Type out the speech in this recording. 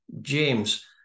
James